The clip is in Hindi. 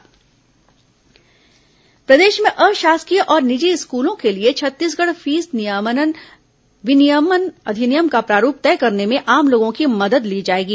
निजी स्कूल फीस अधिनियम प्रदेश में अशासकीय और निजी स्कूलों के लिए छत्तीसगढ़ फीस विनियमन अधिनियम का प्रारूप तय करने में आम लोगों की मदद ली जाएगी